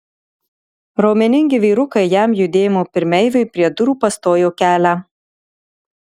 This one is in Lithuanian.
raumeningi vyrukai jam judėjimo pirmeiviui prie durų pastojo kelią